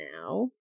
now